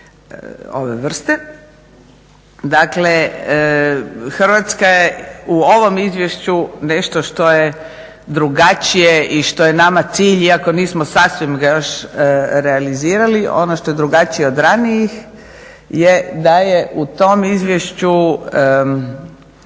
Hrvatska je u ovom izvješću nešto što je drugačije i što je nama cilj iako nismo sasvim još realizirali, ono što je drugačije od ranijih je da je u tom izvješću